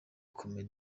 comey